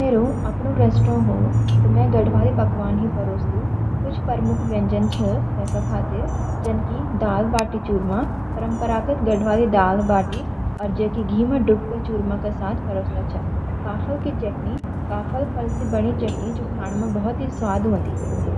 मेरो अपना रेस्त्रां ह्वे त म गढ़वाली पकवान ही परोसदु। कुछ प्रमुख व्यंजन छन वे खातिर: दाल-बाटी चुरमा: परंपरागत गढ़वाली दाल अर बाटी, जो घी में डुबोके चुरमा के साथ परोसते छ। काफल की चटनी: काफल के फल से बनी चटनी, जो खाने म बहुत स्वाद हों दी।